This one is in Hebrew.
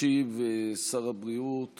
ישיב שר הבריאות